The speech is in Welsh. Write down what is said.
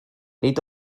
nid